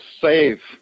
save